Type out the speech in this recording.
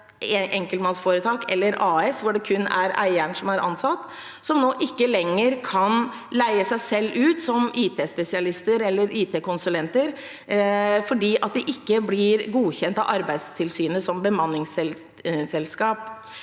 enkeltmannsforetak eller AS, hvor det kun er eieren som er ansatt, som nå ikke lenger kan leie seg selv ut som IT-spesialist eller IT-konsulent fordi bedriften ikke blir godkjent av Arbeidstilsynet som et bemanningsselskap.